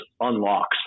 unlocks